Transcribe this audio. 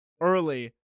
early